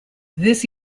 this